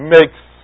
makes